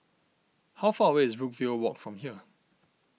how far away is Brookvale Walk from here